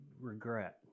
regret